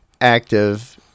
active